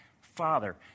Father